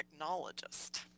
technologist